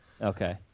Okay